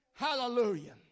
Hallelujah